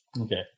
Okay